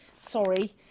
Sorry